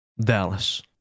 Dallas